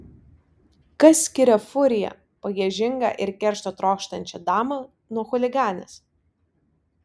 kas skiria furiją pagiežingą ir keršto trokštančią damą nuo chuliganės